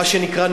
מה שנקרא,